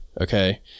Okay